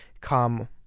come